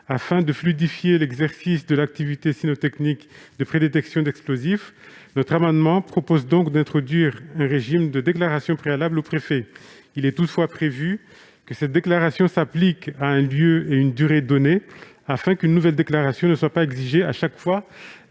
Afin de fluidifier l'exercice de l'activité cynotechnique de prédétection d'explosifs, notre amendement tend à organiser un régime de déclaration préalable auprès du préfet. Il est toutefois prévu que cette déclaration s'applique à un lieu et selon une durée donnée, afin qu'une nouvelle déclaration ne soit pas exigée chaque fois